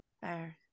fair